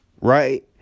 Right